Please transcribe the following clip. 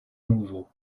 nouveau